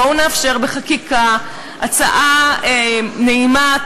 בואו נאפשר בחקיקה הצעה נעימה,